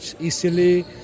easily